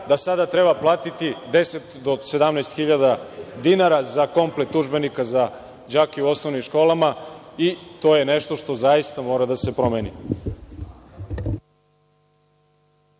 da sada treba platiti 10.000 do 17.000 dinara za komplet udžbenika za đake u osnovnim školama. To je nešto što zaista mora da se promeni.